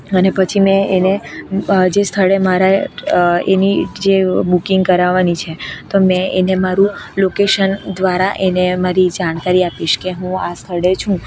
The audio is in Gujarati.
અને પછી મેં એને જે સ્થળે મારે એની જે બુકિંગ કરાવાની છે તો મેં એને મારું લોકેશન દ્વારા એને મારી જાણકારી આપીશ કે હું આ સ્થળે છું